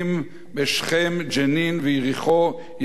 ג'נין ויריחו יצביעו לבית הזה,